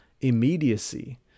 immediacy